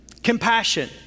Compassion